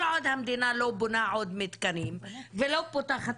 כל עוד המדינה לא בונה עוד מתקנים ולא פותחת